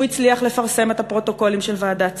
הוא הצליח לפרסם את הפרוטוקולים של ועדת צמח,